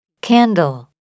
Candle